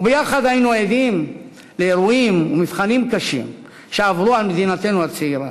ויחד היינו עדים לאירועים ומבחנים קשים שעברו על מדינתנו הצעירה.